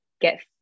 get